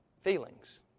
feelings